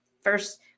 first